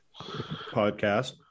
podcast